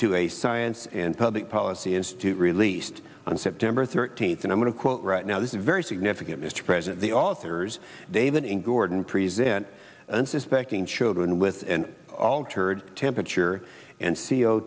to a science and public policy institute released on september thirteenth and i'm going to quote right now this very significant mr president the authors david and gordon present unsuspecting children with an altered temperature and c o